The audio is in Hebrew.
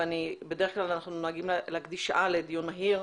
בדרך כלל אנחנו נוהגים להקדיש שעה לדיון מהיר,